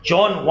John